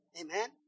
Amen